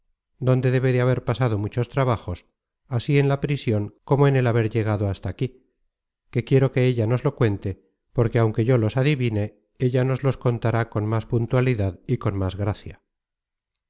donde debe de haber pasado muchos trabajos así en la prision como en content from google book search generated at os el haber llegado hasta aquí que quiero que ella nos los cuente porque aunque yo los adivine ella nos los contará con más puntualidad y con más gracia